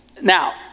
Now